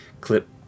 clip